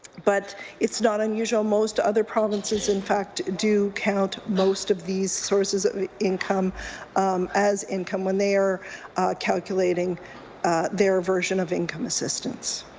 but it's not unusual most other provinces and do count most of these sources of ah income as income when they are calculating their version of income assistance.